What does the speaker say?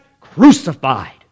crucified